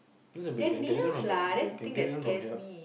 carry them from them they can carry on from here